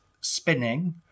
spinning